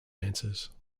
answers